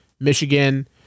Michigan